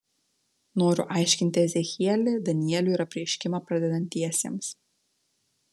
noriu aiškinti ezechielį danielių ir apreiškimą pradedantiesiems